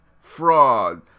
fraud